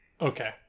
Okay